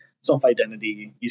self-identity